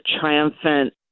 triumphant